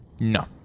no